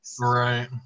Right